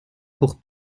pour